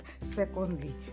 Secondly